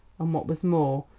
and, what was more,